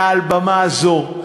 מעל במה זו,